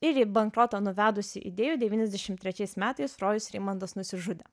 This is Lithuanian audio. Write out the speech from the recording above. ir į bankrotą nuvedusių idėjų devyniasdešimt trečiais metais rojus reimandas nusižudė